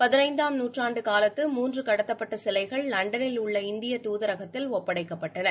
பதினைந்தாம் நூற்றாண்டு காலத்து மூன்று கடத்தப்பட்ட சிலைகள் லண்டனில் உள்ள இந்திய தூதரகத்தில் ஒப்படைக்கப்பட்டன